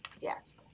yes